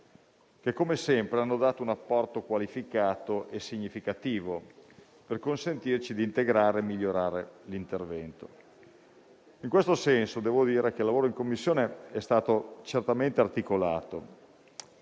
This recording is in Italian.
che come sempre hanno dato un apporto qualificato e significativo per consentirci di integrare e migliorare l'intervento. In questo senso, il lavoro in Commissione è stato certamente articolato